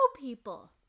people